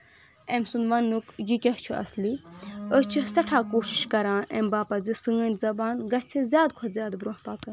أمۍ سُنٛد وَنٕنُک یہِ کیٚاہ چھ اَصٕلی أسۍ چھِ سٮ۪ٹھاہ کوٗشش کران اَمہِ باپتھ زِ سٲنۍ زَبان گژھِ زیادٕ کھۄتہٕ زیادٕ برۄنٛہہ پَکٕنۍ